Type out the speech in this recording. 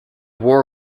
war